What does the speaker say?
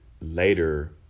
later